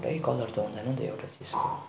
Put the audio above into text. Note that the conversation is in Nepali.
एउटै कलर त हुँदैनन् त एउटा चिजको